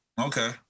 Okay